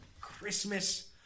Christmas